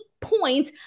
point